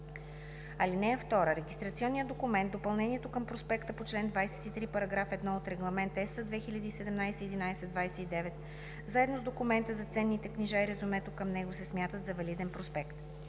(2) Регистрационният документ, допълнението към проспекта по чл. 23, параграф 1 от Регламент (EС) 2017/1129, заедно с документа за ценните книжа и резюмето към него се смятат за валиден проспект.